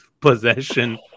possession